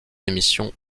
émissions